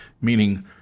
meaning